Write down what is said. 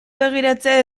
begiratzea